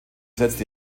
setzt